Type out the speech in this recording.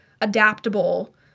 adaptable